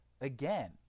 again